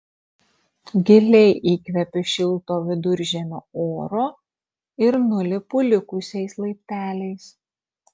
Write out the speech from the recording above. giliai įkvepiu šilto viduržemio oro ir nulipu likusiais laipteliais